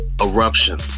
eruption